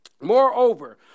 Moreover